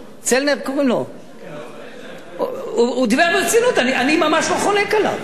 הוא דיבר ברצינות, אני ממש לא חולק עליו.